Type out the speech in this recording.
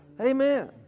Amen